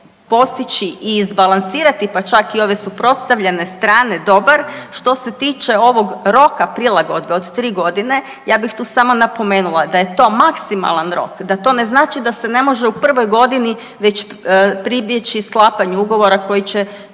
postići i izbalansirati pa čak i ove suprotstavljene strane dobar. Što se tiče ovog roka prilagodbe od 3 godine ja bih tu samo napomenula da je to maksimalan rok, da to ne znači da se ne može u prvoj godini već pribjeći sklapanju ugovora koji će,